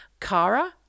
kara